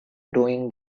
doing